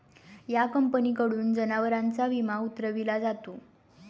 या कंपनीकडून जनावरांचा विमा उतरविला जातो